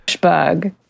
bug